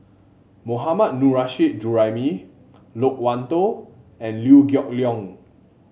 Mohammad Nurrasyid Juraimi Loke Wan Tho and Liew Geok Leong